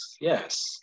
Yes